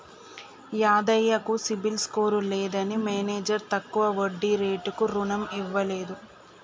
యాదయ్య కు CIBIL score లేదని manager తక్కువ వడ్డీ రేటుకు రుణం ఇవ్వలేదు